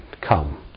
come